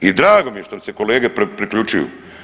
I drago mi je što mi se kolege priključuju.